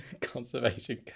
Conservation